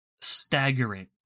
staggering